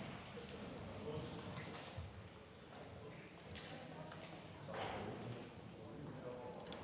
Tak